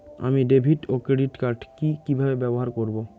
আমি ডেভিড ও ক্রেডিট কার্ড কি কিভাবে ব্যবহার করব?